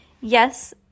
yes